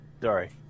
Sorry